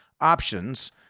options